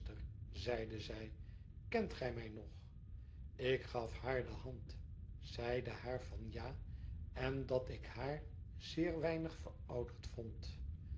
zij kent ge mij nog ik gaf haar de hand zeide haar van ja en dat ik haar zeer weinig verouderd vond